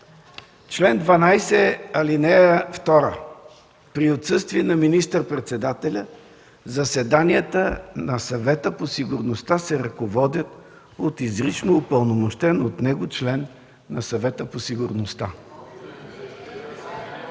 чл. 12: „(2) При отсъствие на министър-председателя заседанията на Съвета по сигурността се ръководят от изрично упълномощен от него член на Съвета по сигурността”.